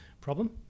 problem